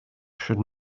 should